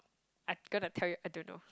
I gonna tell you I don't know